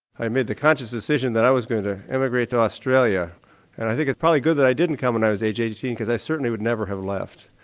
i made the conscious decision that i was going to emigrate to australia and i think it's probably good that i didn't come when i was aged eighteen because i certainly would never have left.